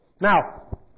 Now